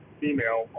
female